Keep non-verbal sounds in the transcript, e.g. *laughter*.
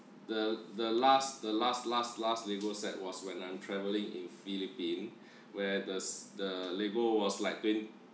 the the last the last last last lego set was when I'm traveling in philippine *breath* where there's the lego was like twenty